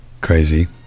crazy